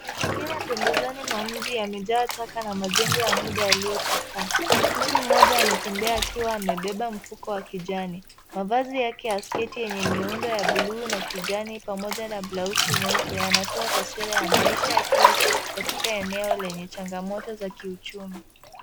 Mazingira pembezoni mwa mji yamejaa taka na majengo ya muda yaliyochakaa. Mtu mmoja anatembea, akiwa amebeba mfuko wa kijani. Mavazi yake ya sketi yenye miundo ya buluu na kijani, pamoja na blausi nyeupe, yanatoa taswira ya maisha ya kila siku katika eneo lenye changamoto za kiuchumi.